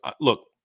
look